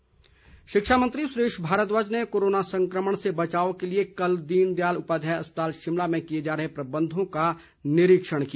भारद्वाज शिक्षा मंत्री सुरेश भारद्वाज ने कोरोना संक्रमण से बचाव के लिए कल दीनदयाल उपाध्याय अस्पताल शिमला में किए जा रहे प्रबंधों का निरीक्षण किया